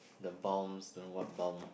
the balms don't know what balm